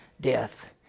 death